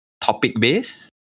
topic-based